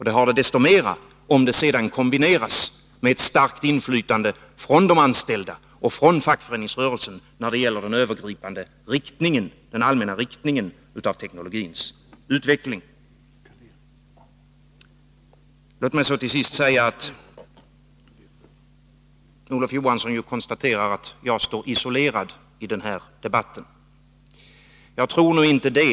Det har det desto mera om det kombineras med ett starkt inflytande från de anställda och från fackföreningsrörelsen när det gäller den övergripande riktningen, teknologins allmänna utveckling. Olof Johansson konstaterar att jag står isolerad i den här debatten. Jag tror inte det.